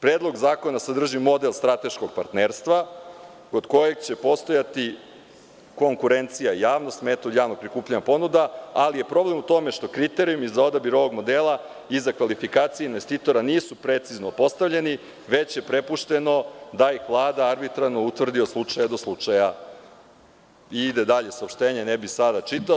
Predlog zakona sadrži model strateškog partnerstva kod kojeg će postojati konkurencija, javnost, metod javnog prikupljanja ponuda, ali je problem u tome što kriterijumi za odabir ovog modela i za kvalifikacije investitora nisu precizno postavljeni, već je prepušteno da ih Vlada arbitrarno utvrdi od slučaja do slučaja i ide dalje saopštenje, ne bih sada čitao.